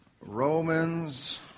Romans